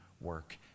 work